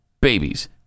babies